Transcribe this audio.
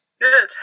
Good